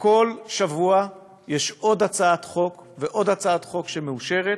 כל שבוע יש עוד הצעת חוק ועוד הצעת חוק שמאושרת,